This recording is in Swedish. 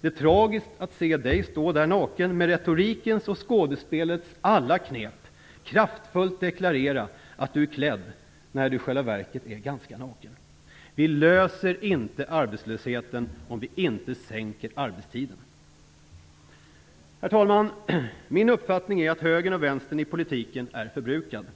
Det är tragiskt att se Göran Persson stå där och kraftfullt deklarera - med retorikens och skådespelets alla knep - att han är klädd när han i själva verket är ganska naken. Vi kommer inte till rätta med arbetslösheten om vi inte sänker arbetstiden. Herr talman! Min uppfattning är att begreppen högern och vänstern i politiken är förbrukade.